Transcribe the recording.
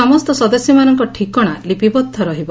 ସମସ୍ତ ସଦସ୍ୟମାନଙ୍କ ଠିକଣା ଲିପିବଦ୍ଧ ରହିବ